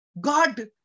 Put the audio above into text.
God